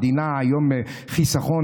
המדינה היום בחיסכון,